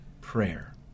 prayer